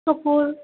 চকুৰ